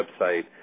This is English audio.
website